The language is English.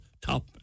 top